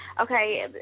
Okay